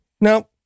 Now